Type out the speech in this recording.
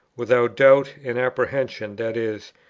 without doubt and apprehension, that is,